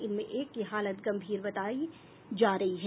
इनमें एक की हालत गंभीर बताई जा रही है